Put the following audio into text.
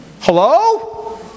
Hello